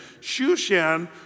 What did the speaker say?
Shushan